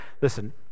listen